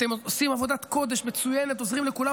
אתם עושים עבודת קודש מצוינת ועוזרים לכולם,